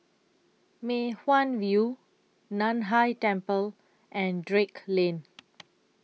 Mei Hwan View NAN Hai Temple and Drake Lane